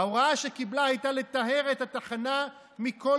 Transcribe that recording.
ההוראה שקיבלה הייתה לטהר את התחנה מכל